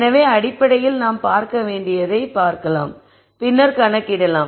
எனவே அடிப்படையில் நாம் பார்க்க வேண்டியதைக் காணலாம் பின்னர் கணக்கிடலாம்